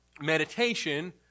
Meditation